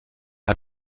hat